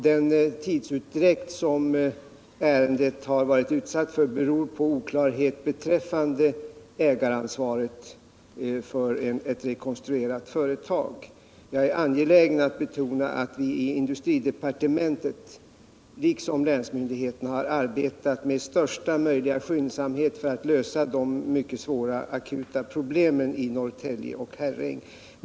Den tidsutdräkt som ärendet har varit utsatt för beror på oklarhet beträffande ägaransvaret för ett rekonstruerat företag. Jag är angelägen att betona att vi i industridepartementet, liksom länsmyndigheterna, har arbetat med största möjliga skyndsamhet för att lösa de mycket svåra akuta problemen i Norrtälje och Herräng.